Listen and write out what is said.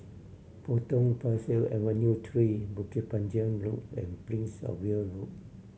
Potong Pasir Avenue Three Bukit Panjang Loop and Princess Of Wale Road